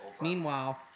Meanwhile